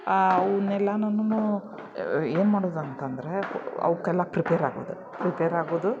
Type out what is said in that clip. ಅವ್ನ ಎಲ್ಲಾನುನು ಏನು ಮಾಡುದು ಅಂತಂದರೆ ಅವಕ್ಕೆಲ್ಲ ಪ್ರಿಪೇರ್ ಆಗೋದು ಪ್ರಿಪೇರ್ ಆಗೋದು